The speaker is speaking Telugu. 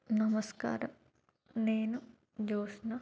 నమస్కారం నేను జోత్స్న